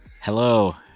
hello